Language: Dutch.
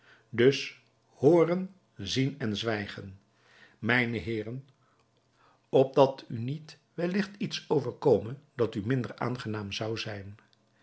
dus hooren zien en zwijgen mijne heeren opdat u niet welligt iets overkome dat u minder aangenaam zou zijn